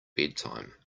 bedtime